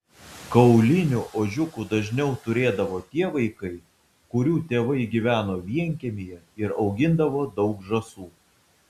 kaulinių ožiukų dažniau turėdavo tie vaikai kurių tėvai gyveno vienkiemyje ir augindavo daug žąsų